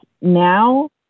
now